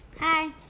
Hi